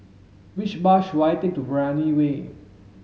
which bus should I take to Brani Way